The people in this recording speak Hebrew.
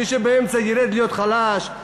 מי שבאמצע ירד להיות חלש.